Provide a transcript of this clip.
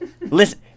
Listen